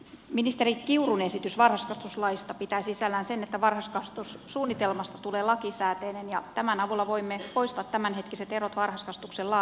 ministeri kiurun esitys varhaiskasvatuslaista pitää sisällään sen että varhaiskasvatussuunnitelmasta tulee lakisääteinen ja tämän avulla voimme poistaa tämänhetkiset erot varhaiskasvatuksen laadussa